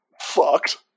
fucked